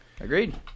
Agreed